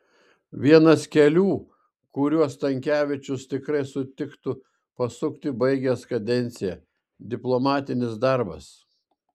vienas kelių kuriuo stankevičius tikrai sutiktų pasukti baigęs kadenciją diplomatinis darbas